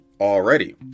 already